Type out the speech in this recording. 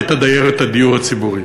שהייתה דיירת הדיור הציבורי.